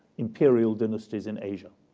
imperial dynasties in asia,